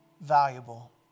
valuable